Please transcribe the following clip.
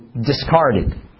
discarded